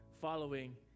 following